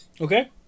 Okay